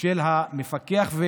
של המפקח.